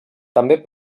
també